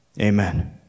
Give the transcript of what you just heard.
amen